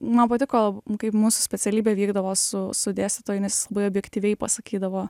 man patiko kaip mūsų specialybė vykdavo su su dėstytoju nes jis labai objektyviai pasakydavo